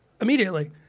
immediately